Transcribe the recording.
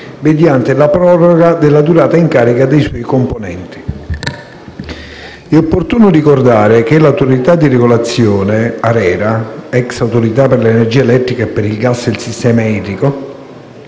mediante la proroga della durata in carica dei suoi componenti. È opportuno ricordare che l'Autorità di regolazione ARERA (ex Autorità per l'energia elettrica il gas e il sistema idrico)